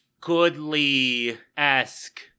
Goodly-esque